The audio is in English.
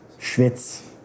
schwitz